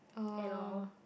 you know